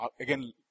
again